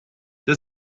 der